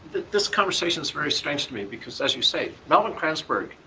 this conversation is very strange to me because as you say, melvin kranzberg,